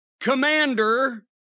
commander